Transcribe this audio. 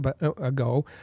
ago